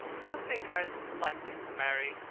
i don't think i am likely to marry,